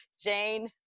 Jane